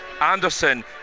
Anderson